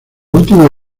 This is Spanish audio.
última